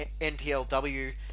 NPLW